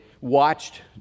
watched